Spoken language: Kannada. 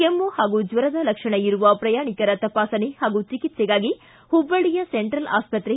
ಕೆಮ್ಮು ಪಾಗೂ ಜ್ವರದ ಲಕ್ಷಣ ಇರುವ ಪ್ರಯಾಣಿಕರ ತಪಾಸಣೆ ಪಾಗೂ ಚಿಕಿತ್ಸೆಗಾಗಿ ಹುಬ್ಬಳ್ಳಿಯ ಸೆಂಟ್ರಲ್ ಆಸ್ತ್ರೆ